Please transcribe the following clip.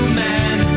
man